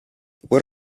what